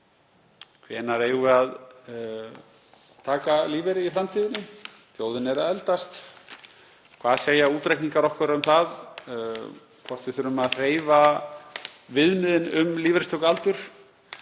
Hvenær eigum við að taka lífeyri í framtíðinni? Þjóðin er að eldast. Hvað segja útreikningar okkur um það hvort við þurfum að hreyfa viðmiðin um lífeyristökualdur?